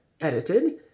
edited